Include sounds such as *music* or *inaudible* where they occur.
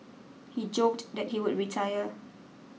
he joked that he would retire *noise*